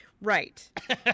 right